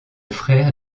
frère